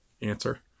answer